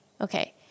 okay